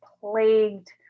plagued